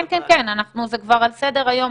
כן, זה כבר על סדר היום.